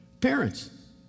Parents